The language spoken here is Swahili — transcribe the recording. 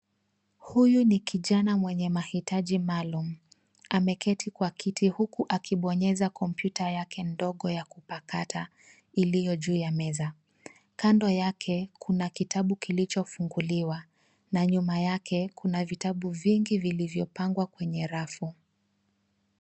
Huyu ni kijana mwenye mahitaji maalum. Ameketi kwa kiti huku akibonyeza kompyuta yake ndogo ya kupakata iliyo juu ya meza. Kando yake kuna kitabu kilichofunguliwa na nyuma yake kuna vitabu vingi vilivyopangwa kwenye rafu.